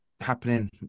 happening